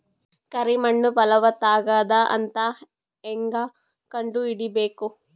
ಕರಿ ಮಣ್ಣು ಫಲವತ್ತಾಗದ ಅಂತ ಹೇಂಗ ಕಂಡುಹಿಡಿಬೇಕು?